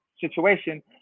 situation